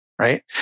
right